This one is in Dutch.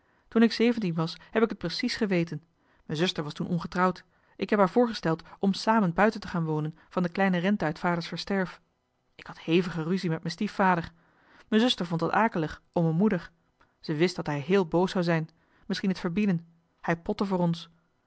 toen ik zeventien was heb ik het precies geweten me zuster was toen ongetrouwd ik heb haar voorgesteld om samen buiten te gaan wonen van de kleine rente uit vaders versterf ik had hevige ruzie met me stiefvader me zuster vond dat akelig om me moeder ze wist dat hij heel boos zou zijn misschien het verbieden hij potte voor ons